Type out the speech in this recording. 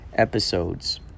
Episodes